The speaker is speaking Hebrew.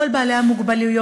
כל בעלי המוגבלויות,